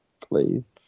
Please